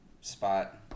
spot